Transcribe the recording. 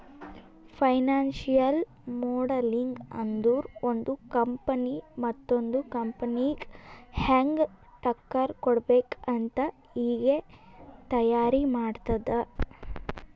financial modelling ಅಂದುರ್ ಒಂದು company ಮತ್ತೊಂದ್ ಕಂಪನಿಗ ಹ್ಯಾಂಗ್ ಟಕ್ಕರ್ ಕೊಡ್ಬೇಕ್ ಅಂತ್ ಈಗೆ ತೈಯಾರಿ ಮಾಡದ್ದ್